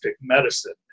medicine